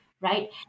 right